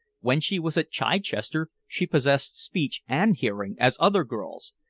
when she was at chichester she possessed speech and hearing as other girls.